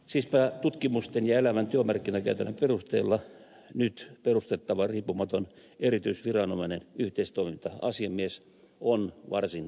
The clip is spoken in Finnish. siispä tutkimusten ja elävän työmarkkinakäytännön perusteella nyt perustettava riippumaton erityisviranomainen yhteistoiminta asiamies on varsin tarpeellinen